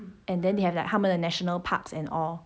and then they have like 他们的 national parks and all